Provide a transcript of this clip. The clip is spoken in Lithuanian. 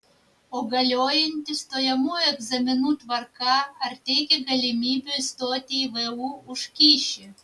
o galiojanti stojamųjų egzaminų tvarka ar teikia galimybių įstoti į vu už kyšį